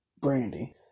brandy